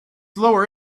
lower